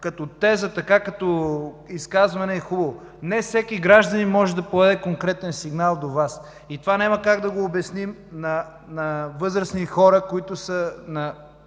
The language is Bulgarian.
като теза, като изказване е хубаво. Не всеки гражданин може да подаде конкретен сигнал до Вас. И това няма как да го обясним на възрастни хора, които са обект